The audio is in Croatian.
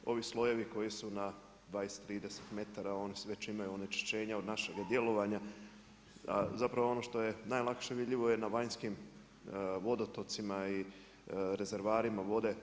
Ovi slojevi koji su na 20, 30 metara oni već imaju onečišćenja od našega djelovanja, a ono što je najlakše vidljivo je na vanjskim vodotocima i rezervoarima vode.